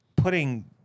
putting